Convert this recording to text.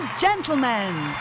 gentlemen